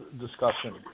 discussion